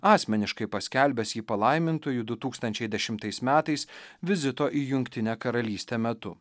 asmeniškai paskelbęs jį palaimintuoju du tūkstančiai dešimtais metais vizito į jungtinę karalystę metu